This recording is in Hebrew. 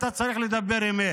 אתה צריך לדבר אמת,